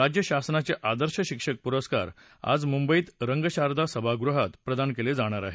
राज्य शासनाचे आदर्श शिक्षक पुरस्कार आज मुंबईत रंगशारदा सभागृहात प्रदान केले जाणार आहेत